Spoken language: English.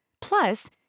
Plus